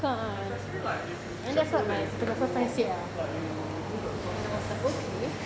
kan and that's what my photographer friend said ah and I was like okay